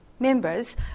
members